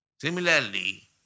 Similarly